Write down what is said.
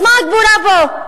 אז מה הגבורה פה,